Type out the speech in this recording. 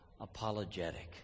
apologetic